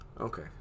Okay